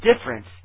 difference